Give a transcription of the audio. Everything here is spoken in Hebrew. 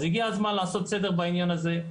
אז הגיע הזמן לעשות סדר בעניין הזה.